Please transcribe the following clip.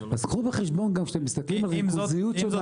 אם זה